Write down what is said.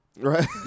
Right